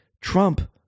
Trump